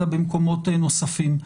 אלא במקומות נוספים.